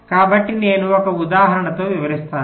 కాబట్టి నేను ఒక ఉదాహరణతో వివరిస్తాను